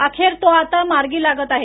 अखेर तो आता मार्गी लागत आहे